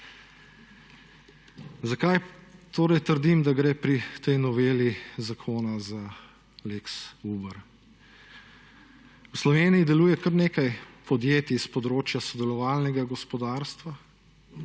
torej trdim, da gre pri tej noveli zakona za lex uber. V Sloveniji deluje kar nekaj podjetij s področja sodelovalnega gospodarstva,